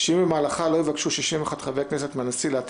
שאם במהלכה לא יבקשו 61 חברי כנסת מהנשיא להטיל